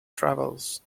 travels